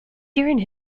during